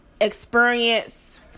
experience